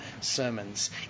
sermons